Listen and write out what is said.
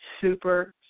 super